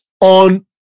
on